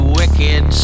wicked